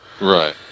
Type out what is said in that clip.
Right